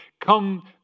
come